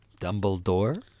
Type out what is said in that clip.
Dumbledore